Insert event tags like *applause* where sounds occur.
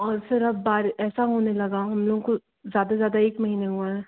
और फिर अब *unintelligible* ऐसा होने लगा हम लोगों को ज़्यादा से ज़्यादा एक महीने हुआ है